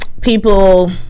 people